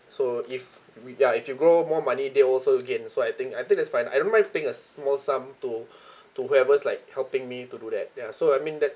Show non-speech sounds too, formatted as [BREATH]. so if we ya if you grow more money they also gain so I think I think that's fine I don't mind paying a small sum to [BREATH] to whoever's like helping me to do that ya so I mean that's